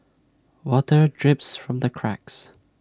water drips from the cracks